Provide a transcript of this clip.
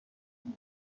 بارد